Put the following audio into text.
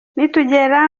nitugera